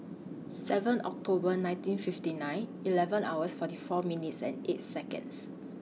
seven October nineteen fifty nine eleven hours forty four minutes eight Seconds